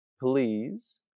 please